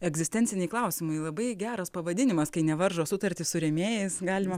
egzistenciniai klausimai labai geras pavadinimas kai nevaržo sutartys su rėmėjais galima